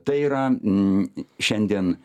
tai yra n šiandien